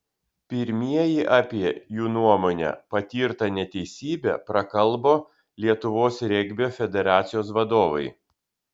pirmieji apie jų nuomone patirtą neteisybę prakalbo lietuvos regbio federacijos vadovai